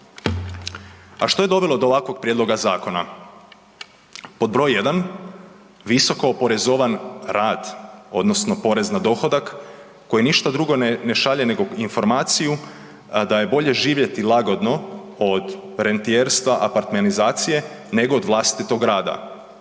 A što je dovelo do ovakvog prijedloga zakona. Pod br. 1., visoko oporezovan rad odnosno porez na dohodak, koji ništa drugo ne šalje nego informaciju da je bolje živjeti lagodno od rentijerstva, apartmenizacije, nego od vlastitog rada.